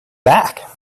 back